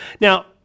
Now